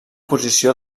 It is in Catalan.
posició